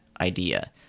idea